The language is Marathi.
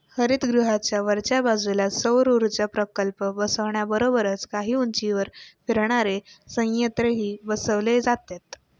हरितगृहाच्या वरच्या बाजूला सौरऊर्जा प्रकल्प बसवण्याबरोबरच काही उंचीवर फिरणारे संयंत्रही बसवले जातात